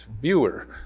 viewer